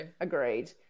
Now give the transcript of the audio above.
Agreed